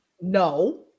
No